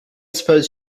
suppose